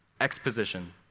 exposition